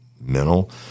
mental